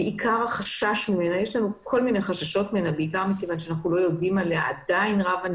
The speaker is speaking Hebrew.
ועיקר החשש ממנה הוא שאנחנו לא יודעים עליה דבר.